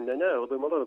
ne ne labai malonu